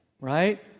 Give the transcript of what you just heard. right